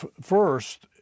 First